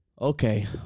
Okay